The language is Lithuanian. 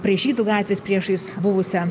prie žydų gatvės priešais buvusią